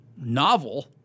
novel